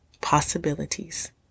Possibilities